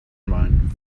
mind